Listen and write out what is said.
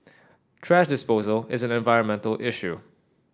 thrash disposal is an environmental issue